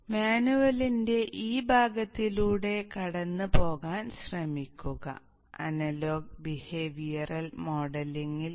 അതിനാൽ മാനുവലിന്റെ ഈ ഭാഗത്തിലൂടെ കടന്നുപോകാൻ ശ്രമിക്കുക അനലോഗ് ബിഹേവിയറൽ മോഡലിംഗിൽ analog behavioral modelling